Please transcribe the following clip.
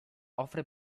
offre